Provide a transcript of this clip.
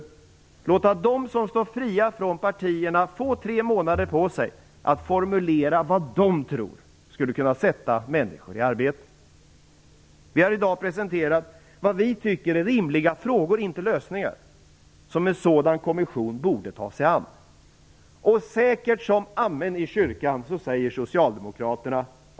Och låt dem som står fria från partierna få tre månader på sig att formulera vad de tror skulle kunna sätta människor i arbete! Vi har i dag presenterat vad vi tycker är rimliga frågor, inte lösningar, som föreslagna kommission borde ta sig an. Men säkert som amen i kyrkan säger Fru talman!